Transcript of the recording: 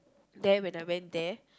there when I went there